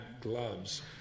gloves